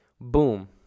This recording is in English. Boom